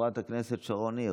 חברת הכנסת שרון ניר,